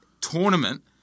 tournament